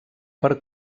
per